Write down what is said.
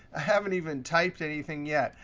i haven't even typed anything yet.